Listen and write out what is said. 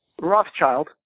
Rothschild